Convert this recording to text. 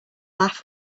laugh